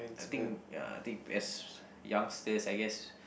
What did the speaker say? I think ya I think as youngsters I guess